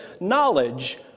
Knowledge